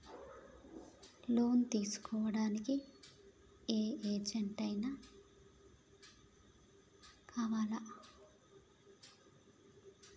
Loan తీస్కోవడానికి ఏం ఐనా ఏజ్ కావాలా?